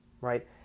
right